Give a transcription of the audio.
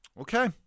Okay